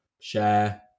share